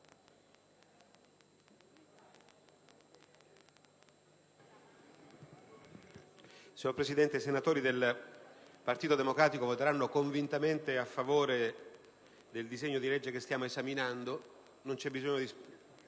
Signor Presidente, i senatori del Partito Democratico voteranno convintamente a favore del disegno di legge che stiamo esaminando. Non c'è bisogno di